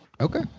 okay